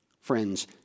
Friends